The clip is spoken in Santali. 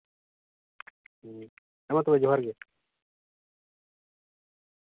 ᱦᱩᱸ ᱦᱮᱢᱟ ᱛᱚᱵᱮ ᱡᱚᱦᱟᱨ ᱜᱮ